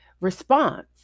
response